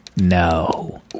No